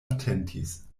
atentis